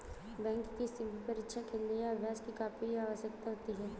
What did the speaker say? bank की किसी भी परीक्षा के लिए अभ्यास की काफी आवश्यकता होती है